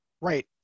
Right